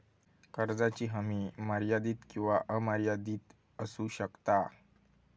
कर्जाची हमी मर्यादित किंवा अमर्यादित असू शकता